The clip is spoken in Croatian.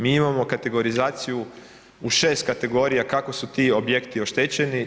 Mi imamo kategorizaciju u 6 kategorija kako su ti objekti oštećeni.